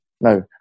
no